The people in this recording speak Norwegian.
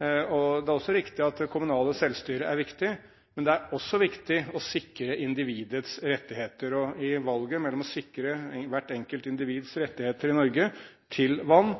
Det er også riktig at det kommunale selvstyret er viktig. Men det er også viktig å sikre individets rettigheter, og i valget mellom å sikre hvert enkelt individ i Norge rettigheter til vann